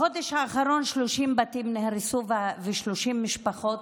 בחודש האחרון 30 בתים נהרסו ו-30 משפחות